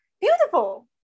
beautiful